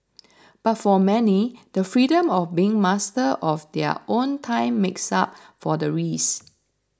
but for many the freedom of being master of their own time makes up for the risks